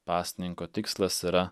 pasninko tikslas yra